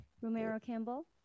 Romero-Campbell